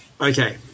okay